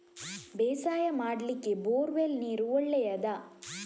ಬೇಸಾಯ ಮಾಡ್ಲಿಕ್ಕೆ bore well ನೀರು ಒಳ್ಳೆಯದಾ?